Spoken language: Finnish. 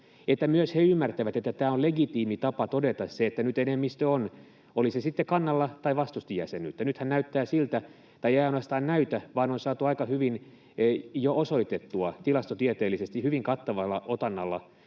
myös ymmärtävät, että tämä on legitiimi tapa todeta se, että nyt enemmistö on, oli se sitten kannalla tai vastusti jäsenyyttä. Nythän näyttää siltä — tai ei ainoastaan näytä vaan on saatu aika hyvin jo osoitettua tilastotieteellisesti hyvin kattavalla otannalla,